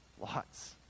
Lots